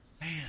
Man